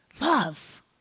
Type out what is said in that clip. Love